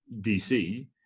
dc